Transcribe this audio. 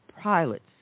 pilots